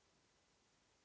Hvala.